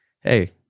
Hey